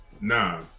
Nah